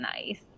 nice